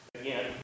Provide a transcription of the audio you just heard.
again